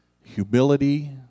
humility